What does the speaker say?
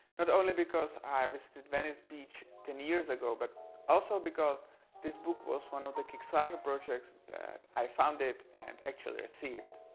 not only because i visited venice beach ten years ago but also because this book was one of the kickstarter projects that i founded and actually received.